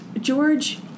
George